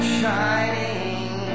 shining